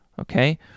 Okay